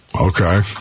Okay